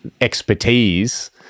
expertise